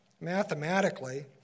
mathematically